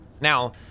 Now